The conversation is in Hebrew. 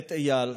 בית איל,